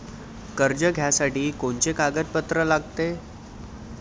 कर्ज घ्यासाठी कोनचे कागदपत्र लागते?